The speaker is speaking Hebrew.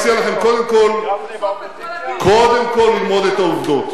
אני מציע לכם קודם כול ללמוד את העובדות.